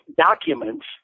documents